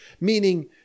meaning